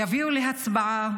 יביאו להצבעה